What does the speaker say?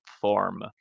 form